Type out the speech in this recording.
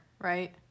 right